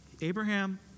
Abraham